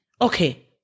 okay